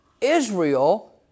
Israel